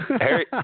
Harry